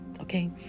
okay